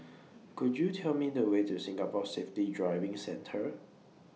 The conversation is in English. Could YOU Tell Me The Way to Singapore Safety Driving Centre